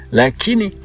lakini